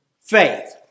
faith